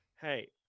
Hey